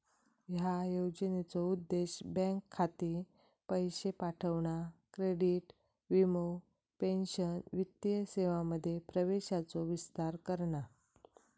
ह्या योजनेचो उद्देश बँक खाती, पैशे पाठवणा, क्रेडिट, वीमो, पेंशन वित्तीय सेवांमध्ये प्रवेशाचो विस्तार करणा